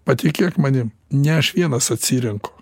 patikėk manim ne aš vienas atsirenku